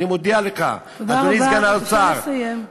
אני מודיע לך, אדוני סגן שר האוצר.